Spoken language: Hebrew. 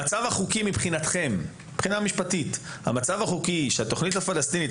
לגבי המצב החוקי מבחינה משפטית של התוכנית הפלסטינית.